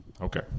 Okay